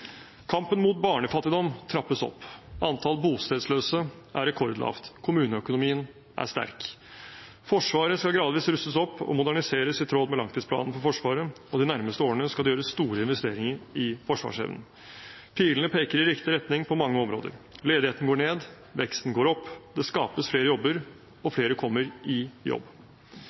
Kampen mot barnefattigdom trappes opp. Antall bostedsløse er rekordlavt. Kommuneøkonomien er sterk. Forsvaret skal gradvis rustes opp og moderniseres i tråd med langtidsplanen for Forsvaret, og de nærmeste årene skal det gjøres store investeringer i forsvarsevnen. Pilene peker i riktig retning på mange områder. Ledigheten går ned, veksten går opp, det skapes flere jobber, og flere kommer i jobb.